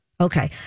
Okay